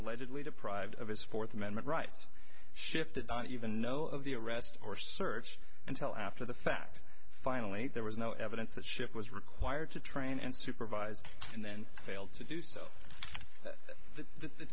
allegedly deprived of his fourth amendment rights shifted didn't even know of the arrest or search until after the fact finally there was no evidence that schiff was required to train and supervised and then failed to do so th